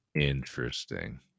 Interesting